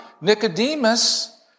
Nicodemus